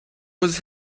was